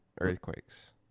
earthquakes